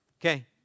Okay